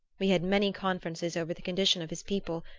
we had many conferences over the condition of his people,